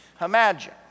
Imagine